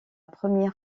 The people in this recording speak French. première